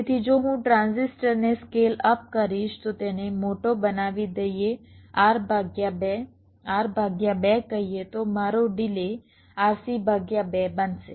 તેથી જો હું ટ્રાન્ઝિસ્ટરને સ્કેલ અપ કરીશ તો તેને મોટો બનાવી દઈએ R ભાગ્યા 2 R ભાગ્યા 2 કહીએ તો મારો ડિલે RC ભાગ્યા 2 બનશે